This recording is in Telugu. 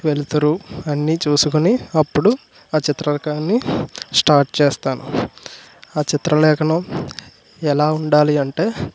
వెలుతురు అన్నీ చూసుకుని అప్పుడు ఆ చిత్రలేఖనాన్ని స్టార్ట్ చేస్తాను ఆ చిత్రలేఖనం ఎలా ఉండాలి అంటే